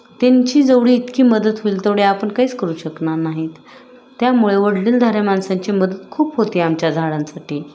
त्यांची जेवढी इतकी मदत होईल तेवढी आपण काहीच करू शकणार नाहीत त्यामुळे वडीलधाऱ्या माणसांची मदत खूप होते आमच्या झाडांसाठी